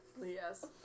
Yes